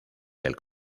del